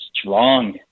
strong